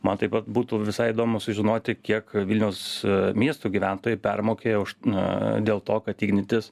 man taip pat būtų visai įdomu sužinoti kiek vilniaus miesto gyventojai permokėjo už na dėl to kad ignitis